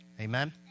Amen